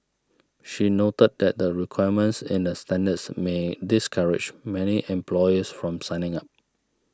she noted that the requirements in the standards may discourage many employers from signing up